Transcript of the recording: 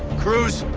cruz.